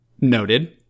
Noted